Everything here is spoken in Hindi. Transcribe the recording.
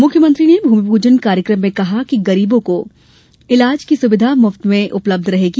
मुख्यमंत्री ने भूमि पूजन कार्यक्रम में कहा कि गरीबों को इलाज की सुविधा मुफ्त में उपलब्ध होगी